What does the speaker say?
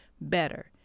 better